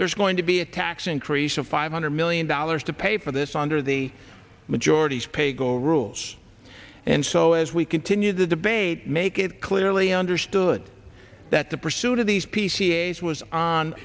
there's going to be a tax increase of five hundred million dollars to pay for this under the majority's paygo rules and so as we continue the debate make it clearly understood that the pursuit of these p c s was on